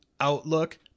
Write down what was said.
Outlook